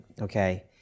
okay